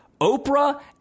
Oprah